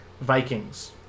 Vikings